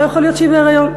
לא יכול להיות שהיא בהיריון.